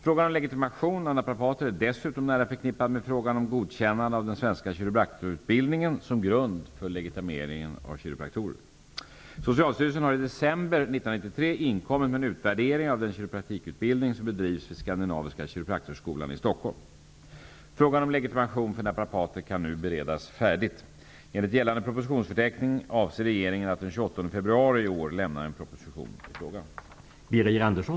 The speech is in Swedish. Frågan om legitimation av naprater är dessutom nära förknippad med frågan om godkännande av den svenska kiropraktorutbildningen som grund för legitimeringen av kiropraktorer. Socialstyrelsen har i december 1993 inkommit med en utvärdering av den kiropraktikutbildning som bedrivs vid Frågan om legitimation för naprapater kan nu beredas färdigt. Enligt gällande propositionsförteckning avser regeringen att den 28 februari i år lämna en proposition i frågan.